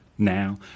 Now